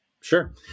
sure